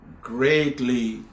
greatly